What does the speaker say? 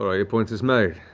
all right, your point is made.